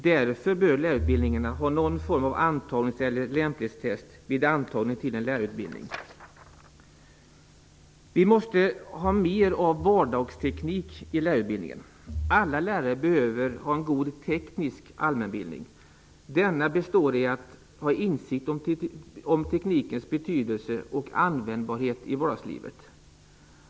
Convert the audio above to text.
Därför bör lärarutbildningarna ha någon form av antagnings eller lämplighetstest vid antagning till en lärarutbildning. Vi måste ha mer av vardagsteknik i lärarutbildningen. Alla lärare behöver en god teknisk allmänbildning. Denna består i att ha insikt om teknikens betydelse och användbarhet i vardagslivet.